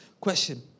question